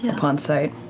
and upon sight.